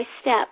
step